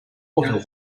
water